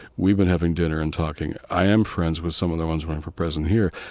we've been having dinner and talking. i am friends with some of the ones running for president here.